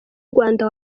rwanda